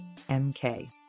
MK